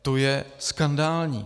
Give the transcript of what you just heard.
To je skandální!